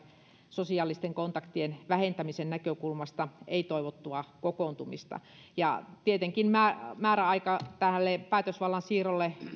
sosiaalisten kontaktien vähentämisen näkökulmasta ei toivottua kokoontumista tietenkin määräaika tälle päätösvallan siirrolle